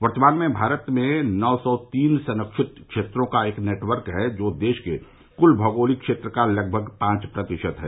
वर्तमान में भारत में नौ सौ तीन संरक्षित क्षेत्रों का एक नेटवर्क है जो देश के कुल भौगोलिक क्षेत्र का लगभग पांच प्रतिशत है